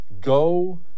Go